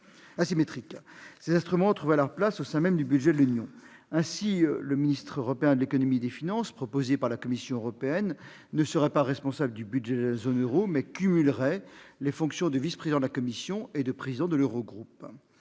Ces instruments trouveraient leur place au sein même du budget de l'Union. Ainsi, le ministre européen de l'économie et des finances, proposé par la Commission européenne, ne serait pas responsable du budget de la zone euro, mais cumulerait les fonctions de vice-président de la Commission et de président de l'Eurogroupe.